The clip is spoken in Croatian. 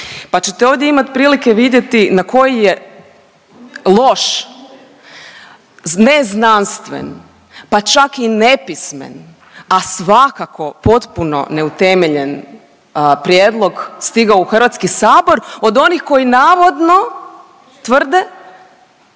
pa ćete ovdje imati prilike vidjeti na koji je loš, neznanstven pa čak i nepismen, a svakako potpuno neutemeljen prijedlog stigao u HS od onih koji navodno tvrde